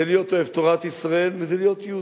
זה להיות אוהב תורת ישראל וזה להיות יהודי.